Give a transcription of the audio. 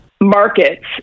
markets